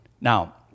Now